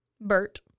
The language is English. Bert